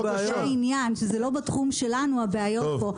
העניין, שזה לא בתחום שלנו, הבעיות פה.